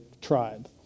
tribe